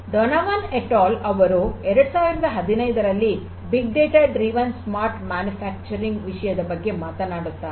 Donovan et al ಅವರು 2015 ನಲ್ಲಿ big data driven smart manufacturing ವಿಷಯದ ಬಗ್ಗೆ ಮಾಡಿರುತ್ತಾರೆ